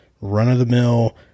run-of-the-mill